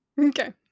Okay